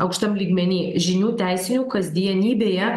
aukštam lygmeny žinių teisinių kasdienybėje